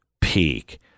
peak